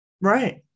right